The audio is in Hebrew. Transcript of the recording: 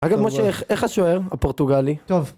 אגב משה, איך השוער הפורטוגלי? טוב